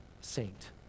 saint